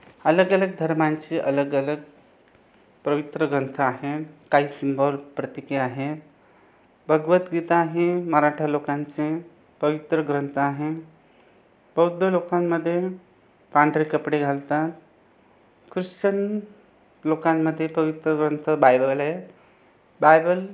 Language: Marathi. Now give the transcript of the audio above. अलग अलग धर्मांचे अलग अलग पवित्र ग्रंथ आहें काही सिम्बॉल प्रतिके आहे भगवत गीता ही मराठा लोकांची पवित्र ग्रंथ आहे बौद्ध लोकांमध्ये पांढरे कपडे घालतात ख्रिश्चन लोकांमधे पवित्र ग्रंथ बायबल आहे बायबल